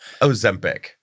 Ozempic